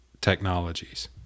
technologies